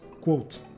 quote